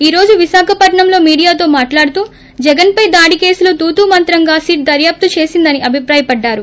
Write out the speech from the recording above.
ఈ రోజు విశాఖపట్నంలో మీడియాతో మాటలాడుతూ జగన్పై దాడి కేసులో తూతూ మంత్రంగా సిట్ దర్వాపు చేసిందని అభిప్రాయ పడ్డారు